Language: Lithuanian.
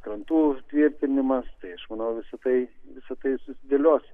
krantų įtvirtinimas tai aš manau visa tai visa tai susidėlios